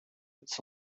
its